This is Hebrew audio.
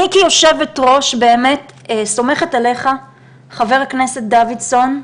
אני כיושבת ראש באמת סומכת עליך, ח"כ דוידסון,